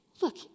look